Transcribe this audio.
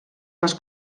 les